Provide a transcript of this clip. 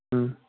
ꯎꯝ